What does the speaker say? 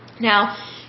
Now